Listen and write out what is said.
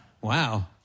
wow